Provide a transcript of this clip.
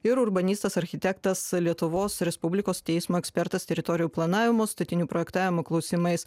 ir urbanistas architektas lietuvos respublikos teismo ekspertas teritorijų planavimo statinių projektavimo klausimais